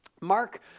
Mark